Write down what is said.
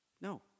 no